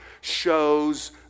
shows